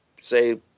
say